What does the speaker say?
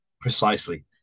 Precisely